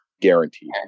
guaranteed